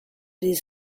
his